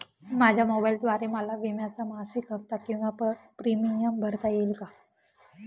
माझ्या मोबाईलद्वारे मला विम्याचा मासिक हफ्ता किंवा प्रीमियम भरता येईल का?